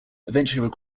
eventually